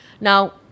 now